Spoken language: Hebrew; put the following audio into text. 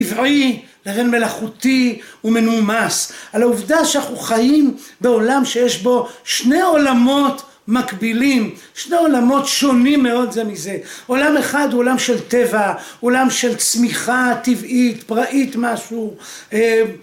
טבעי לבין מלאכותי ומנומס, על העובדה שאנחנו חיים בעולם שיש בו שני עולמות מקבילים, שני עולמות שונים מאוד זה מזה, עולם אחד הוא עולם של טבע, עולם של צמיחה טבעית פראית משהו